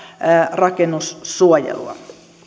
rakennussuojelua